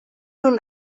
nun